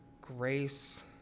grace